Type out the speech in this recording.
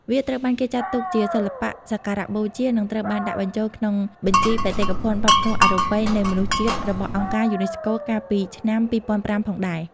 វាត្រូវបានគេចាត់ទុកជាសិល្បៈសក្ការៈបូជា និងត្រូវបានដាក់បញ្ចូលក្នុង បញ្ជីបេតិកភណ្ឌវប្បធម៌អរូបីនៃមនុស្សជាតិរបស់អង្គការយូណេស្កូកាលពីឆ្នាំ ២០០៥ ផងដែរ ។